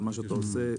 על מה שאתה עושה.